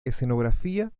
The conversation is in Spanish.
escenografía